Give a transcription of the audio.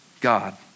God